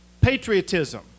patriotism